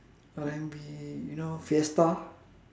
R&B you know fiesta